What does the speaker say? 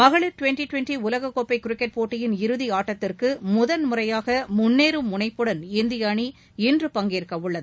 மகளிர் twenty twenty உலககோப்பை cricket போட்டியின இறுதி ஆட்டத்திற்கு முதன் முறையாக முன்னேறும் முனைப்புடன் இந்திய அணி இன்று பங்கேற்க உள்ளது